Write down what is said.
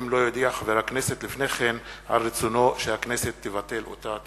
אם לא יודיע חבר הכנסת לפני כן על רצונו שהכנסת תבטל אותה.